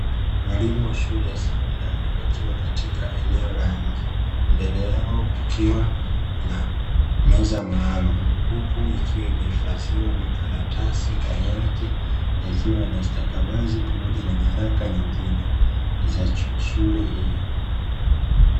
Walimu wa shule ya sekondari wakiwa katika eneo la nje mbele yao kukiwa na meza maalumu, huku ikiwa imehifadhiwa makaratasi ndani yake yakiwa yanastakabali paamoja na nyarakka nyingine za shule hiyo.